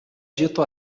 dito